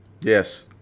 Yes